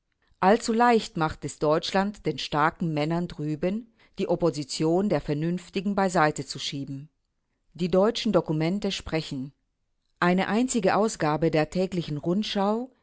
allzu leicht macht es deutschland den starken männern drüben die opposition der vernünftigen beiseite zu schieben die deutschen dokumente sprechen eine einzige ausgabe der täglichen rundschau